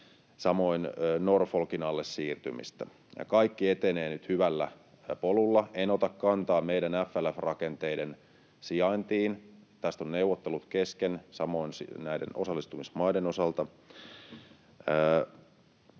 samoin Norfolkin alle siirtymistä. Ja kaikki etenee nyt hyvällä polulla. En ota kantaa meidän FLF-rakenteiden sijaintiin. Tästä on neuvottelut kesken, samoin näiden osallistumismaiden osalta.